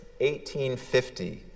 1850